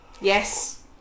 Yes